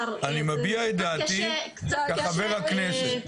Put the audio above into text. אני מביע את דעתי כחבר הכנסת.